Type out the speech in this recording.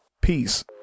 Peace